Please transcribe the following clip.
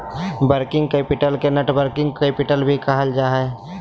working capital के networking capital भी कहल जा हय